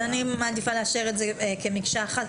אז אני מעדיפה לאשר את זה כמקשה אחת,